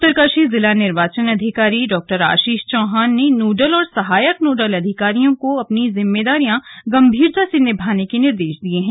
उत्तरकाशी जिला निर्वाचन अधिकारी डा आशीष चौहान ने नोडल और सहायक नोडल अधिकारियों को अपनी जिम्मेदारियां गंभीरता से निभाने के निर्देश दिये हैं